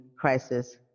crisis